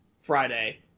Friday